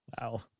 Wow